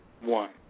one